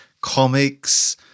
comics